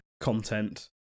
content